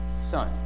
Son